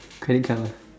pretty clever